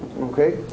Okay